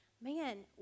man